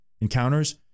encounters